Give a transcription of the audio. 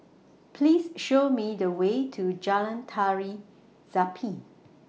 Please Show Me The Way to Jalan Tari Zapin